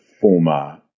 former